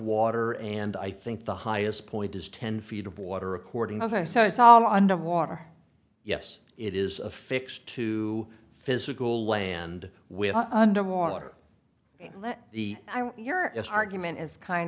water and i think the highest point is ten feet of water according as i said it's all underwater yes it is affixed to physical land with under water and the your argument is kind